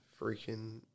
freaking